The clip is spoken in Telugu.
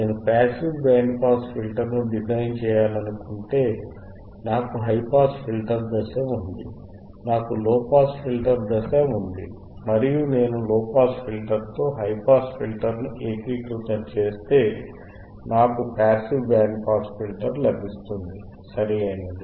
నేను పాసివ్ బ్యాండ్ పాస్ ఫిల్టర్ను డిజైన్ చేయాలనుకుంటే నాకు హైపాస్ ఫిల్టర్ దశ ఉంది నాకు లోపాస్ ఫిల్టర్ దశ ఉంది మరియు నేను లోపాస్ ఫిల్టర్ తో హై పాస్ ఫిల్టర్ ను ఏకీకృతం చేస్తే నాకు పాసివ్ బ్యాండ్ పాస్ ఫిల్టర్ లభిస్తుంది సరియైనది